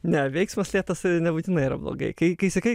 ne veiksmas lėtas nebūtinai yra blogai kai kai sakai